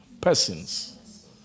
persons